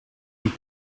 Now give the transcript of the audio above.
een